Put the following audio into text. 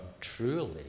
truly